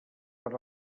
per